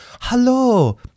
Hello